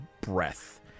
breath